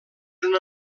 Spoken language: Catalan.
una